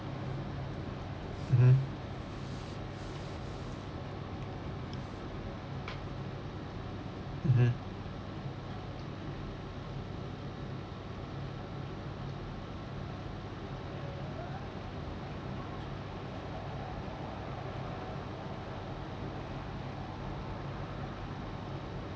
mmhmm mmhmm